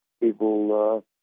People